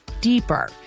deeper